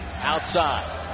outside